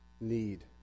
need